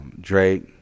Drake